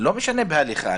לא משנה בהליכה.